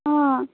अँ